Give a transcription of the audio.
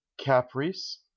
caprice